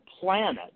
planet